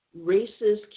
racist